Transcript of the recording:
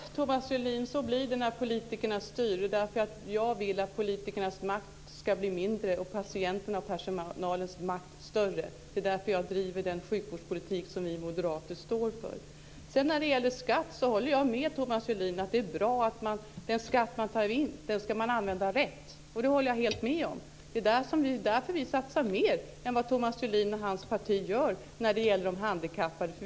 Fru talman! Ja, Thomas Julin, så blir det när politikerna styr. Det är därför jag vill att politikernas makt ska bli mindre och att patienternas och personalens makt ska bli större. Det är därför jag driver den sjukvårdspolitik som vi moderater står för. Jag håller med Thomas Julin om att den skatt man tar in ska man använda rätt. Det håller jag helt med om. Det är därför vi satsar mer än vad Thomas Julin och hans parti gör när det gäller de handikappade.